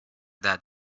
that